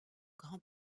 grand